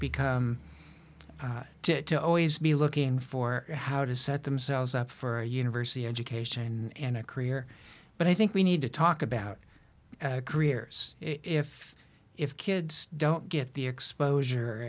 become to always be looking for how to set themselves up for a university education and a career but i think we need to talk about careers if if kids don't get the exposure